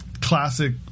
classic